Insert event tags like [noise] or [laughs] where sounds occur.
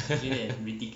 [laughs]